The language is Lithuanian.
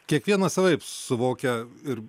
kiekvienas savaip suvokia ir